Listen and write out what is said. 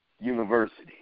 University